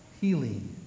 healing